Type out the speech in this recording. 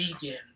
vegan